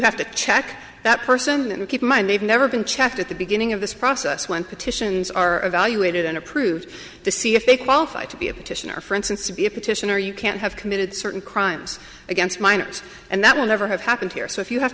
have to check that person and keep in mind they've never been checked at the beginning of this process when petitions are evaluated and approved to see if they qualify to be able to enter for instance to be a petition or you can't have committed certain crimes against minors and that will never have happened here so if you have